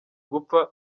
gupfa